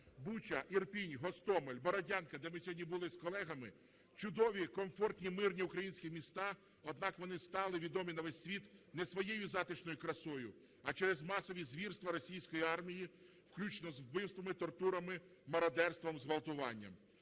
Буча, Ірпінь, Гостомель, Бородянка, де ми були сьогодні з колегами, -чудові, комфорті мирні українські міста, однак вони стали відомі на весь світ не своєю затишною красою, а через масові звірства російської армії включно з вбивствами, тортурами, мародерством, зґвалтуванням.